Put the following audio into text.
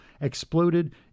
exploded